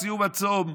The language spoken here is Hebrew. בסיום הצום,